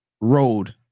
road